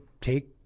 take